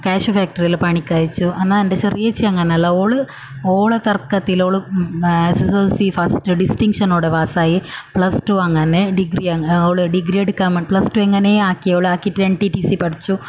cashew ഫാക്ടറിയിൽ പണിക്കയച്ചു എന്നാൽ എൻ്റെ ചെറിയ ചേച്ചി അങ്ങനെ അല്ല ഓൾ ഓളെ തർക്കത്തിൽ ഓൾ S S L C first ഡിസ്ടിങ്ഷനോടെ പാസ് ആയി പ്ലസ് ടു അങ്ങനെ തന്നെ ഡിഗ്രീ ഓൾ ഡിഗ്രീ എടുക്കാൻ പറ പ്ലസ് ടു എങ്ങനെ ആക്കി ഓൾ ആക്കിയിട്ട് എൻ ടി ടി സി പഠിച്ചു